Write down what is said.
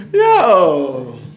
Yo